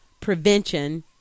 prevention